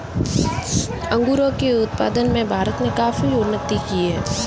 अंगूरों के उत्पादन में भारत ने काफी उन्नति की है